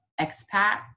expat